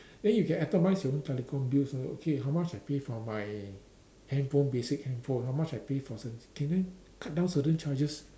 then you can atomized your own telecom bills okay how much I pay for my handphone basic handphone how much I pay for can I cut down certain charges